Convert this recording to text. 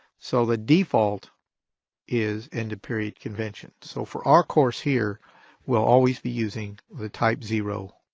so the default is and period convention. so for our course here we'll always be using the type zero,